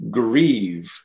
grieve